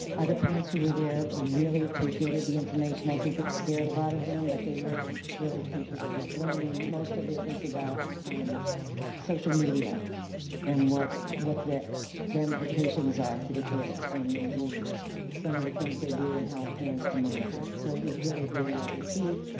the parents who were there really appreciated the information. i think it scared a lot of them, but they were really appreciative of learning. most of it was about social media and what what the ramifications are for the kids when they do some of the things they do and how parents can monitor. so it was really very well received.